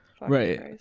Right